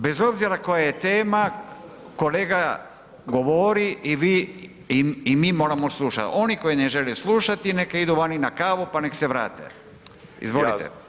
Bez obzira koja je tema, kolega govori i vi i mi moramo slušati, oni koji ne žele slušati neka idu vani na kavu, pa nek se vrate, izvolite.